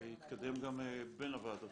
זה יתקדם גם בין הוועדות.